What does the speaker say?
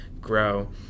grow